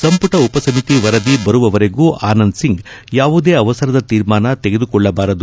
ಸಂಪುಟ ಉಪಸಮಿತಿ ವರದಿ ಬರುವವರೆಗೂ ಆನಂದ್ ಸಿಂಗ್ ಯಾವುದೇ ಅವಸರದ ತೀರ್ಮಾನ ತೆಗೆದುಕೊಳ್ಳಬಾರದು